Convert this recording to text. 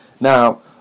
Now